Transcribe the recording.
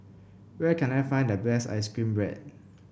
where can I find the best ice cream bread